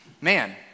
man